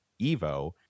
Evo